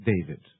David